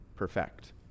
perfect